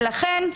לכן,